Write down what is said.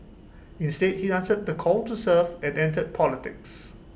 instead he answered the call to serve and entered politics